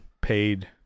paid